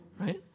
right